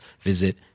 visit